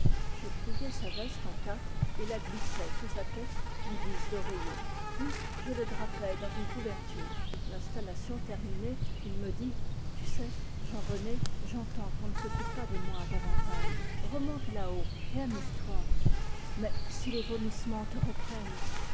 je pliai sa veste en quatre et la glissai sous sa tête en guise d'oreiller puis je le drapai dans une couverture l'installation terminée il me dit tu sais jean rené j'entends qu on ne s occupe pas de moi davantage remonte là-haut et amuse-toi mais si les vomissements te reprennent